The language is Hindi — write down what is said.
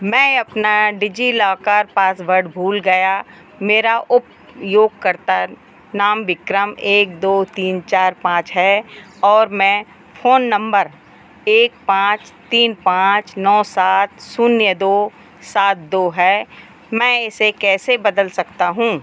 मैं अपना डिजिलॉकर पासवर्ड भूल गया मेरा उपयोगकर्ता नाम विक्रम एक दो तीन चार पाँच है और मैं फोन नंबर एक पाँच तीन पाँच नौ सात शून्य दो सात दो है मैं इसे कैसे बदल सकता हूँ